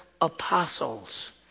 apostles